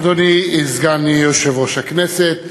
אדוני סגן יושב-ראש הכנסת,